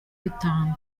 bitanu